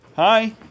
Hi